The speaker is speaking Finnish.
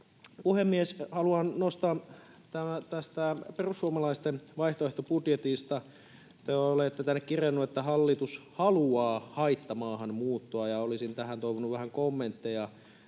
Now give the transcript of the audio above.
Puhemies! Haluan nostaa tästä perussuomalaisten vaihtoehtobudjetista, että te olette tänne kirjanneet, että hallitus haluaa haittamaahanmuuttoa. Olisin tähän toivonut vähän kommentteja.